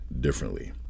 differently